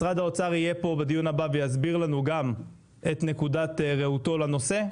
משרד האוצר יהיה בדיון הבא ויסביר לנו את נקודת ראותו לנושא.